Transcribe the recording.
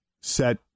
set